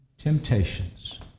temptations